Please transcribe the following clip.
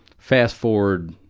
fast-forward,